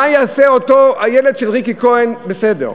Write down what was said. מה יעשה אותו הילד של ריקי כהן, בסדר.